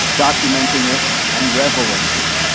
documenting it, and reveling in it.